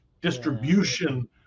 distribution